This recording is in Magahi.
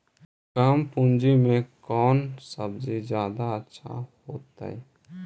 कम पूंजी में कौन सब्ज़ी जादा अच्छा होतई?